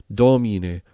domine